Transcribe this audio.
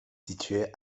situé